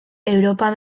europa